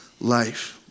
life